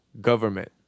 government